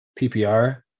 PPR